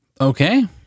Okay